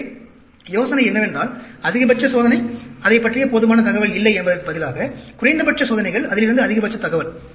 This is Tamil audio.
எனவே யோசனை என்னவென்றால் அதிகபட்ச சோதனை அதைப் பற்றிய போதுமான தகவல் இல்லை என்பதற்குப் பதிலாக குறைந்தபட்ச சோதனைகள் அதிலிருந்து அதிகபட்ச தகவல்